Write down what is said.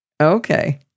okay